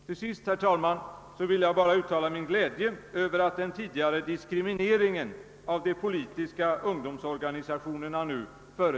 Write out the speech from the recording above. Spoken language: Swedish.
Till sist, herr talman, vill jag bara uttala min glädje över att den tidigare